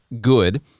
good